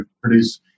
produce